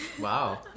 Wow